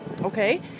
okay